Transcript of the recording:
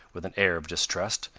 with an air of distrust.